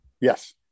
Yes